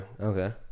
okay